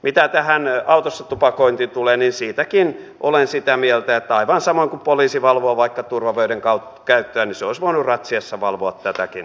mitä tähän autossa tupakointiin tulee niin siitäkin olen sitä mieltä että aivan samoin kuin poliisi valvoo vaikka turvavöiden käyttöä se olisi voinut ratsiassa valvoa tätäkin asiaa